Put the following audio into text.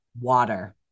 water